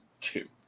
two